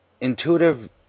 intuitive